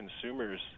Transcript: consumers